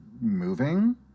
moving